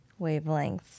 wavelengths